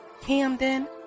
Camden